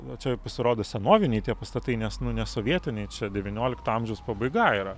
va čia pasirodo senoviniai pastatai nes nu ne sovietiniai čia devyniolikto amžiaus pabaiga yra